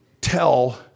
tell